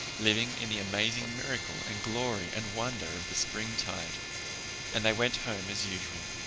living in the amazing miracle and glory and wonder of the springtide and they went home as usual,